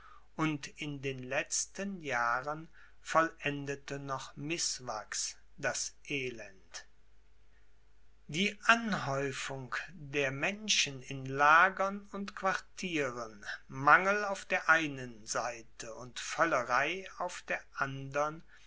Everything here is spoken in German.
und in den letzten jahren vollendete noch mißwachs das elend die anhäufung der menschen in lagern und quartieren mangel auf der einen seite und völlerei auf der andern